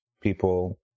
people